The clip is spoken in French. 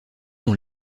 dans